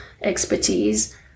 expertise